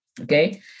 okay